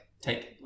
take